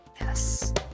Yes